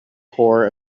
core